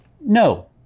no